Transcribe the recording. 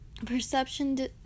Perception